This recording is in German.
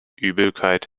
übelkeit